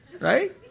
right